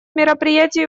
мероприятий